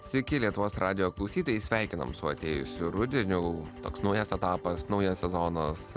sveiki lietuvos radijo klausytojai sveikinam su atėjusiu rudeniu toks naujas etapas naujas sezonas